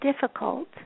difficult